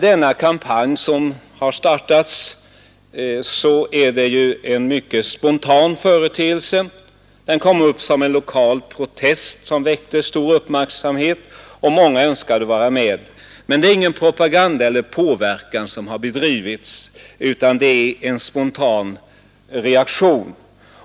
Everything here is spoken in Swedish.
Den kampanj som har startats är en mycket spontan företeelse. Den kom upp som en lokal protest som väckte stor uppmärksamhet, och många önskade vara med. Men det har inte bedrivits någon påverkan eller propaganda utan det är en spontan reaktion.